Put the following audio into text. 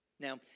Now